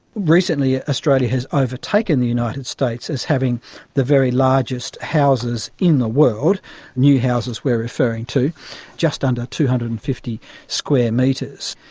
recently, australia has overtaken the united states as having the very largest houses in the world new houses we're referring to just under two hundred and fifty square metres.